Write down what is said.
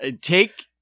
Take